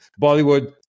Bollywood